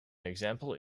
example